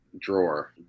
drawer